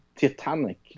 Titanic